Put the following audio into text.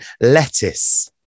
lettuce